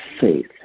faith